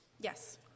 Yes